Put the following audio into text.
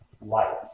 life